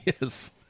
Yes